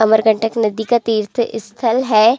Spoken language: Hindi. अमरकंटक नदी का तीर्थ स्थल है